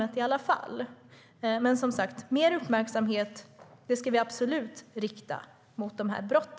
Men vi ska absolut rikta mer uppmärksamhet mot dessa brott.